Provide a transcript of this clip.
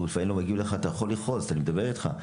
והוא לפעמים לא מגיב לך אתה יכול לכעוס; אני מדבר איתך.